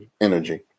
energy